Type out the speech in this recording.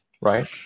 right